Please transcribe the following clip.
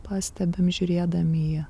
pastebim žiūrėdami